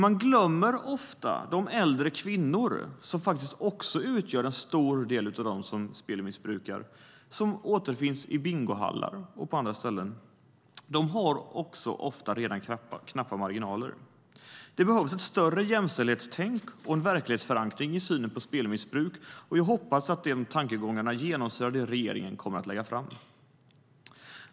Man glömmer ofta de äldre kvinnor som utgör en stor del av dem som är spelmissbrukare och som återfinns i bingohallar och på andra ställen. De har också ofta redan knappa marginaler. Det behövs ett större jämställdhetstänk och en verklighetsförankring i synen på spelmissbruk. Jag hoppas att de tankegångarna genomsyrar det regeringen kommer att lägga fram.